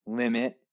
limit